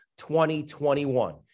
2021